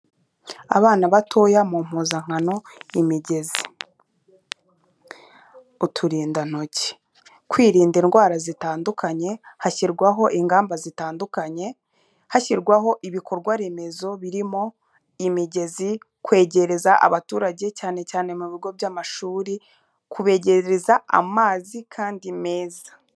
Abana batoya mu mpuzankano, imigezi, uturindantoki, kwirinda indwara zitandukanye hashyirwaho ingamba zitandukanye, hashyirwa ibikorwaremezo birimo imigezi, kwegereza abaturage cyane cyane mu bigo by'amashuri, kubegereza amazi kandi meza.